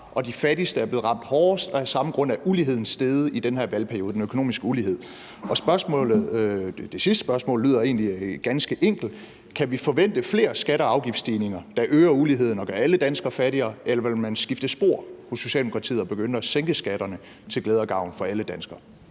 at de fattigste er blevet ramt hårdest, og af samme grund er den økonomiske ulighed steget i den her valgperiode. Det sidste spørgsmål lyder egentlig ganske enkelt: Kan vi forvente flere skatte- og afgiftsstigninger, der øger uligheden og gør alle danskere fattigere, eller vil man skifte spor hos Socialdemokratiet og begynde at sænke skatterne til glæde og gavn for alle danskere?